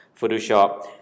photoshop